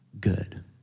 Good